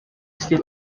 still